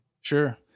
Sure